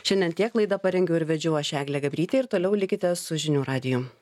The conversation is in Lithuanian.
šiandien tiek laidą parengiau ir vedžiau aš eglė gabrytė ir toliau likite su žinių radiju